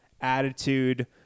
attitude